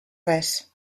res